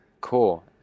Cool